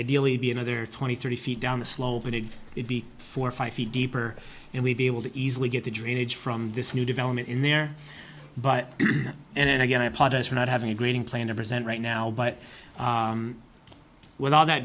ideally be another twenty thirty feet down the slope and it would be four or five feet deeper and we'd be able to easily get the drainage from this new development in there but then again i apologize for not having a greeting plan to present right now but with all that